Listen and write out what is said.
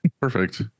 perfect